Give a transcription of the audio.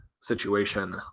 situation